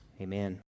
Amen